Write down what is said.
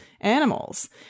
animals